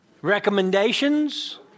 recommendations